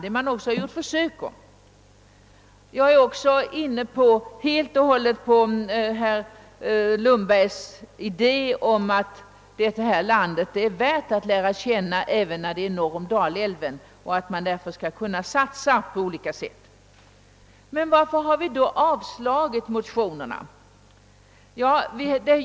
Det har vi även försökt. Jag är också helt införstådd med herr Lundbergs idé att detta land är värt att lära känna även norr om Dalälven och att vi därför på olika sätt bör satsa på det. Varför har vi då avstyrkt motionerna?